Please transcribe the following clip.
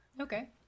Okay